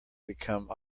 become